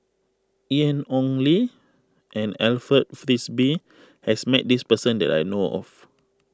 Ian Ong Li and Alfred Frisby has met this person that I know of